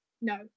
No